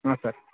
ಹಾಂ ಸರ್